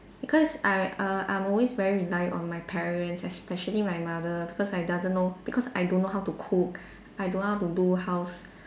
because I err I'm always very reliant on my parents especially my mother because I doesn't know because I don't how to cook I don't know how to do house